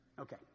Okay